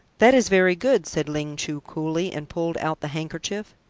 that is very good, said ling chu coolly, and pulled out the handkerchief.